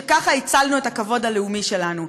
שככה הצלנו את הכבוד הלאומי שלנו.